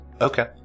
Okay